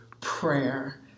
prayer